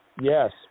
Yes